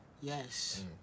Yes